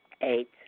Eight